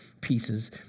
pieces